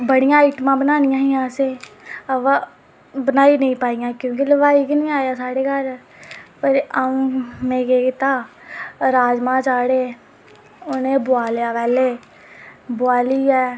बड़ियां आइटमां बनानियां हियां असें बा बनाई निं पाइयां क्योंकि हलवाई निं आया साढ़े पर अऊं में केह् कीता राजमांह् चाढ़े उ'नें ई बोआलेआ पैह्लें बोआलियै